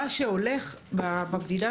מה שהולך במדינה,